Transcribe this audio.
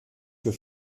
für